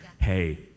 hey